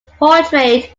portrayed